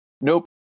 Nope